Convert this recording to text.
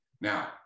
Now